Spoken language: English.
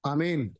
Amen